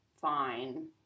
fine